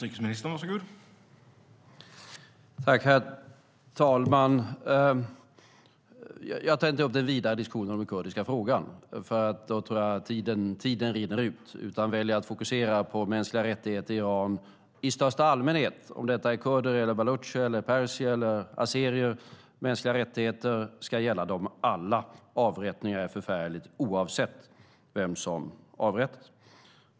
Herr talman! Jag tar inte upp den vidare diskussionen om den kurdiska frågan, för då tror jag att tiden rinner ut, utan jag väljer att fokusera på mänskliga rättigheter i Iran i största allmänhet. Det spelar ingen roll om det är kurder, balucher, perser eller azerier - mänskliga rättigheter ska gälla alla. Det är förfärligt med avrättningar, oavsett vem som avrättas.